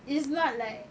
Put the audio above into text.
it's not like